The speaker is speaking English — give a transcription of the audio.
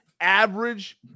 Average